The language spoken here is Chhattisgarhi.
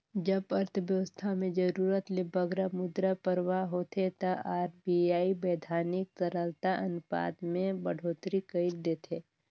जब अर्थबेवस्था में जरूरत ले बगरा मुद्रा परवाह होथे ता आर.बी.आई बैधानिक तरलता अनुपात में बड़होत्तरी कइर देथे